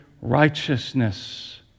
righteousness